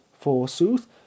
forsooth